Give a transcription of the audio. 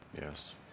Yes